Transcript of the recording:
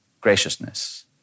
graciousness